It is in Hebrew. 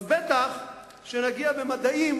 אז בטח שנגיע במדעים